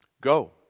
Go